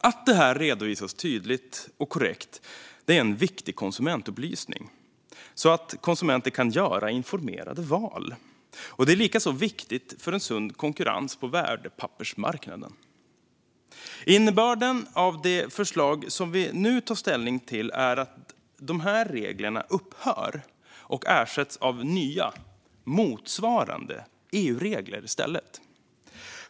Att det här redovisas tydligt och korrekt är en viktig konsumentupplysning så att konsumenter kan göra informerade val, och det är likaså viktigt för en sund konkurrens på värdepappersmarknaden. Innebörden av det förslag som vi nu tar ställning till är att de reglerna upphör och ersätts av nya motsvarande EU-regler.